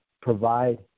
provide